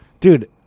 Dude